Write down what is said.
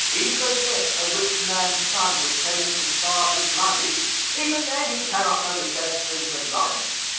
even if a rich man's son retains his father's money even then he cannot know the best things of life.